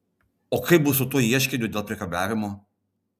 o kaip bus su tuo ieškiniu dėl priekabiavimo